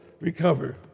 recover